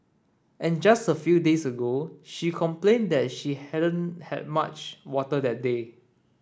and just a few days ago she complained that she hadn't had much water that day